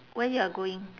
where you are going